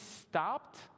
stopped